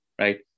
right